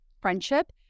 friendship